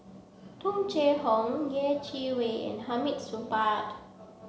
Tung Chye Hong Yeh Chi Wei and Hamid Supaat